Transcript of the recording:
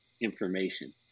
information